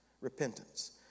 repentance